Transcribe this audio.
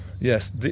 Yes